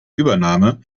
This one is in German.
übernahme